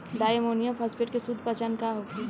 Di ammonium phosphate के शुद्ध पहचान का होखे?